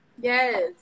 Yes